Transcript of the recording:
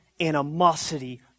animosity